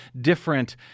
different